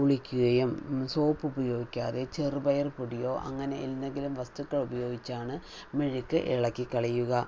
കുളിക്കുകയും സോപ്പ് ഉപയോഗിക്കാതെ ചെറുപയർ പൊടിയോ അങ്ങനെ എന്തെങ്കിലും വസ്തുക്കൾ ഉപയോഗിച്ചാണ് മെഴുക്ക് ഇളക്കിക്കളയുക